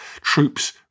troops